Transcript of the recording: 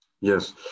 Yes